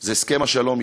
זה הסכם השלום אתם.